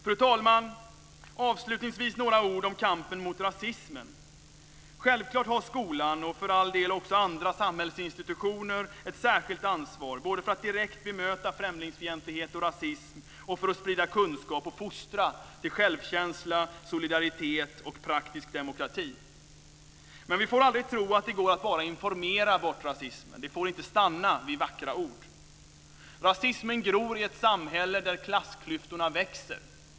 Fru talman! Avslutningsvis vill jag säga några ord om kampen mot rasismen. Självklart har skolan, och för all del också andra samhällsinstitutioner, ett särskilt ansvar både för att direkt bemöta främlingsfientlighet och rasism och för att sprida kunskap och fostra till självkänsla, solidaritet och praktisk demokrati. Men vi får aldrig tro att det går att bara informera bort rasismen. Det får inte stanna vid vackra ord. Rasismen gror i ett samhälle där klassklyftorna växer.